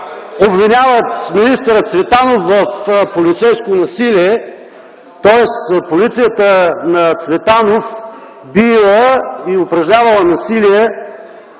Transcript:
обвиняват министър Цветанов в полицейско насилие, тоест полицията на Цветанов биела и упражнявала насилие,